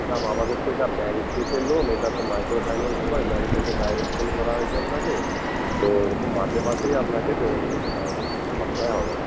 madam আমাদের তো এটা ব্যাঙ্ক থেকে লোন এটা তো মাইক্রো ফাইনান্স নয় ব্যাঙ্ক থেকে ডাইরেক্ট ফোন করা হয়েছে আপনাকে তো এরকম মাসে মাসেই আপনাকে পেমেন্ট করতে হবে সপ্তাহে হবে না